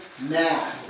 now